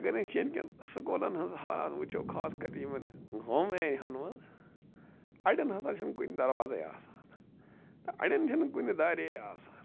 اگر أسۍ ییٚتہِ کیٚن سکوٗلن ہٕنٛز حالات وُچھو خاص کر یِمن گامہٕ ایراہن منٛز اَڈیٚن ہسا چھُنہٕ کُنہِ دروازے آسان تہٕ اَڈیٚن چھَنہِ کُنہِ داریے آسان